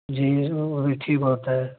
جی وہ بھی ٹھیک ہوتا ہے